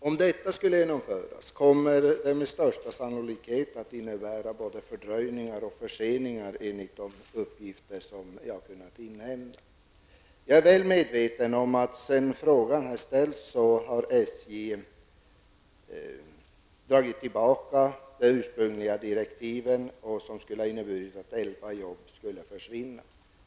Om detta skulle genomföras kommer det med största sannolikhet att innebära både fördröjningar och förseningar, enligt de uppgifter jag har kunnat inhämtat. Jag är väl medveten om att SJ, sedan frågan ställdes, har dragit tillbaka de ursprungliga direktiven som skulle ha inneburit att elva jobb hade försvunnit.